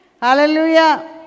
Hallelujah